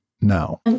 now